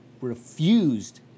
refused